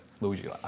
Luigi